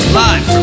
live